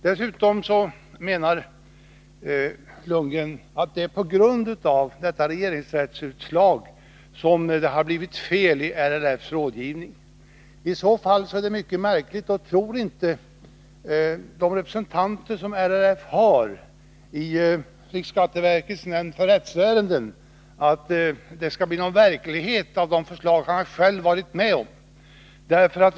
Dessutom menar Bo Lundgren att det är på grund av detta regeringsrättsutslag som det har blivit fel i LRF:s rådgivning. I så fall är det mycket märkligt. Tror alltså inte de representanter som LRF har i riksskatteverkets nämnd för rättsärenden att det skulle bli någon verklighet av de förslag som man där varit med om att föra fram?